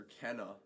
Kenna